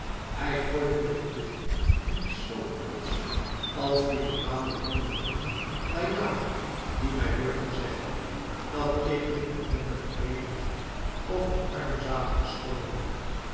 hij gooit met de pitten en is zoo trotsch als die verwaande don martin d'ayala die mij durfde zeggen dat ik een ellendige bedelaar of een armzalige schooier ben